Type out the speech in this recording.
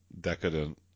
decadent